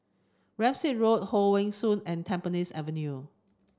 Rams Road Hong Wen School and Temasek Avenue